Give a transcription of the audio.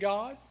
God